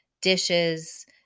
dishes